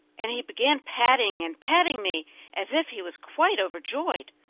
and he began patting and patting me as if he was quite overjoyed.